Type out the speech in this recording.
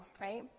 right